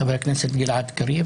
חבר הכנסת גלעד קריב,